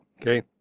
Okay